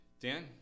Dan